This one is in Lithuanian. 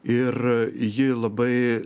ir ji labai